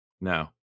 No